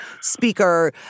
speaker